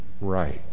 right